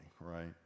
right